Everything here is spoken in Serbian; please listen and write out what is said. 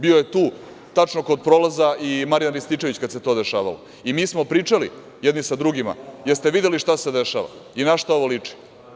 Bio je tu tačno kod prolaza i Marijan Rističević kada se to dešavalo i mi smo pričali jedni sa drugima – da li ste videli šta se dešava i na šta ovo liči?